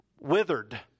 Withered